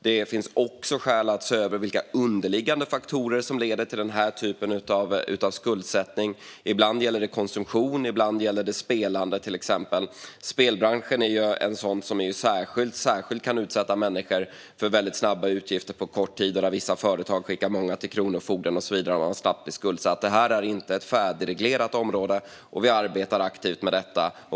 Det finns också skäl att se över vilka underliggande faktorer som leder till denna typ av skuldsättning - ibland gäller det konsumtion, och ibland gäller det till exempel spelande. Spelbranschen är en bransch som särskilt kan utsätta människor för väldigt stora utgifter på kort tid. Vissa företag skickar många till kronofogden, och människor blir snabbt skuldsatta. Detta är inte ett färdigreglerat område, och vi arbetar aktivt med det.